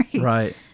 Right